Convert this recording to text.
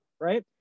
right